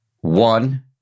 one